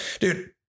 Dude